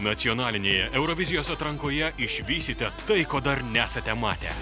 nacionalinėje eurovizijos atrankoje išvysite tai ko dar nesate matę